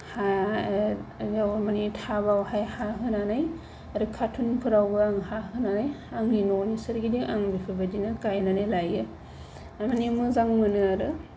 हायाव माने थाबावहाय हा होनानै आरो कार्टुनफोरावबो आं हा होनानै आंनि न'नि सोरगिदिं आं बेफोरबायदिनो आं गायनानै लायो आरो मानो मोजां मोनो आरो